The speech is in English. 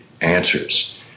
answers